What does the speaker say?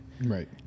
Right